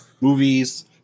movies